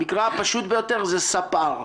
המקרה הפשוט ביותר זה ספר.